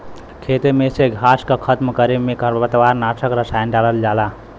खेते में से घास के खतम करे में खरपतवार नाशक रसायन डालल जाला